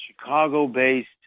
Chicago-based